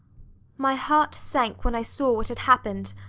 my heart sank when i saw what had happened.